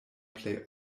plej